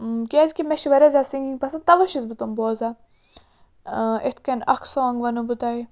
کیٛازِکہِ مےٚ چھِ واریاہ زیادٕ سِنٛگِنٛگ پَسنٛد تَوَے چھُس بہٕ تِم بوزان یِتھ کٔنۍ اَکھ سانٛگ وَنو بہٕ تۄہہِ